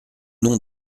nom